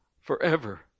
forever